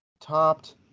topped